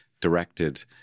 directed